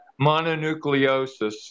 mononucleosis